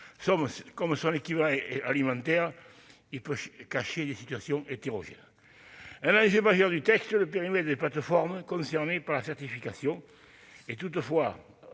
comme son équivalent alimentaire, peut receler des situations hétérogènes. Un enjeu majeur du texte- le périmètre des plateformes concernées par la certification -est toutefois